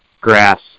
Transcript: grass